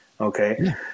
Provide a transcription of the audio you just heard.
okay